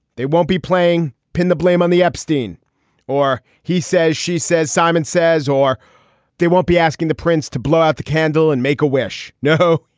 they won't be playing pin the blame on the epstein or he says. she says, simon says, or they won't be asking the prince to blow out the candle candle and make a wish. no.